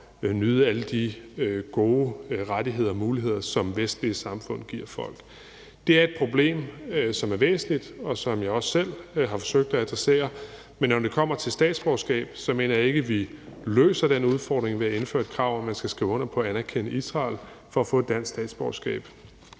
nyde alle de gode rettigheder og muligheder, som vestlige samfund giver folk. Det er et problem, som er væsentligt, og som jeg også selv har forsøgt at adressere. Men når det kommer til statsborgerskab, mener jeg ikke, vi løser den udfordring ved at indføre et krav om, at man skal skrive under på at anerkende Israel for at få et dansk statsborgerskab.